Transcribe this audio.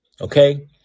Okay